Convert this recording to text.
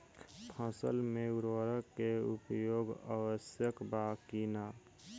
फसल में उर्वरक के उपयोग आवश्यक बा कि न?